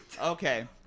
Okay